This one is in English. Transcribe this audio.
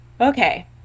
Okay